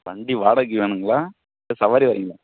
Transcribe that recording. வண்டி வாடகைக்கு வேணுங்களா இல்லை சவாரி வரீங்களா